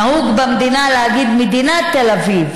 נהוג במדינה להגיד: מדינת תל אביב,